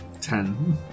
ten